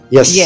Yes